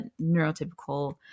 neurotypical